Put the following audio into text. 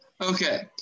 Okay